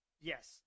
Yes